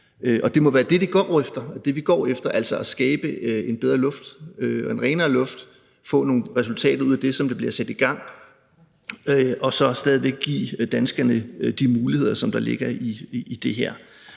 det må være det, vi går efter, altså at skabe en bedre luft og en renere luft og få nogle resultater ud af det, der bliver sat i gang, og så stadig væk give danskerne de muligheder, der ligger i det her.